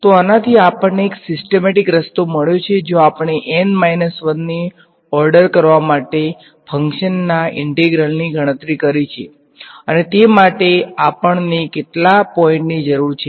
તો આનાથી આપણને એક સીસ્ટેમેટીક રસ્તો મળ્યો છે જ્યાં આપણે N 1 ને ઓર્ડર કરવા માટે ફંક્શનના ઇન્ટિગ્રલની ગણતરી કરી છે અને તે માટે આપણને કેટલા પોઈન્ટની જરૂર છે